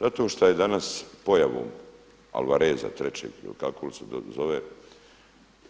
Zato što je danas pojavom Alvareza III ili kako se zove,